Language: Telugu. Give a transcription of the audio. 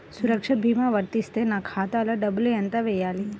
సురక్ష భీమా వర్తిస్తే నా ఖాతాలో డబ్బులు ఎంత వేయాలి?